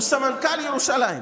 הוא סמנכ"ל ירושלים.